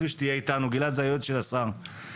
יועץ השר שנמצא אתנו,